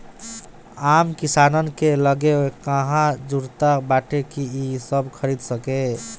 आम किसानन के लगे कहां जुरता बाटे कि इ सब खरीद सके